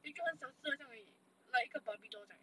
then 就很小子这样而已 like 一个 barbie doll 这样